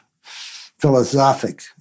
philosophic